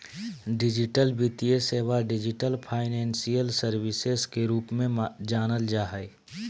digital वित्तीय सेवा, digital financial services के रूप में जानल जा हइ